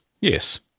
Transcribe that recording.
Yes